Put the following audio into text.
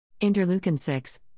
Interleukin-6